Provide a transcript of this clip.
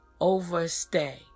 Overstay